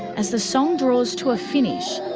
as the song draws to a finish,